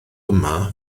yma